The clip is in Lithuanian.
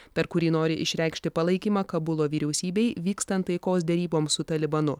per kurį nori išreikšti palaikymą kabulo vyriausybei vykstan taikos deryboms su talibanu